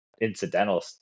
incidental